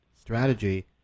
strategy